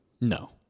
no